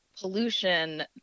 pollution